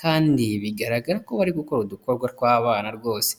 kandi bigaragara ko bari gukora udukorwa tw'abana rwose.